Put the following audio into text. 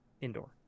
Indoor